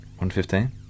1.15